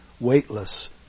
weightless